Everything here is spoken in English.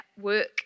work